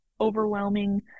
overwhelming